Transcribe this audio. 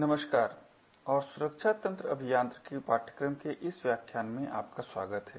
नमस्कार और सुरक्षा तंत्र अभियांत्रिकी पाठ्यक्रम के इस व्याख्यान में आपका स्वागत है